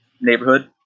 neighborhood